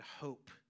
hope